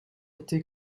été